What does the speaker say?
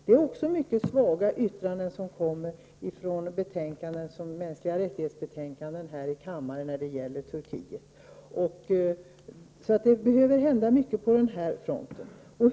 De yttranden om Turkiet som finns i betänkanden om mänskliga rättigheter från riksdagen är mycket svaga. Det behöver alltså hända en hel del på den här fronten.